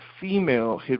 female